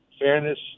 fairness